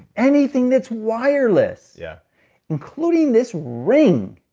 anything that's wireless, yeah including this ring.